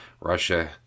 Russia